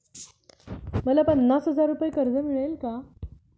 मला पन्नास हजार रुपये कर्ज मिळेल का?